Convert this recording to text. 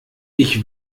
ich